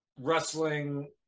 wrestling